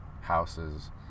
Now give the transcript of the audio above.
houses